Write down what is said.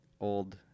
old